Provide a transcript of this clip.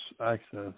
access